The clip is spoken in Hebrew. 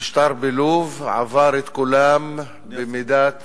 המשטר בלוב עבר את כולם במידת